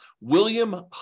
William